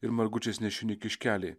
ir margučiais nešini kiškeliai